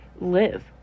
live